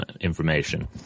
information